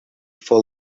for